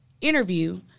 interview